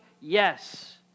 yes